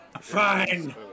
Fine